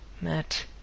Matt